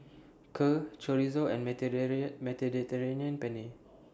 Kheer Chorizo and Mediterranean Penne